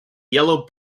yellow